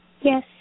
Yes